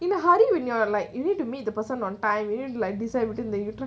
in a hurry when you're like you need to meet the person on time you know like decide within the track